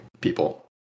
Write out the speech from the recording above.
people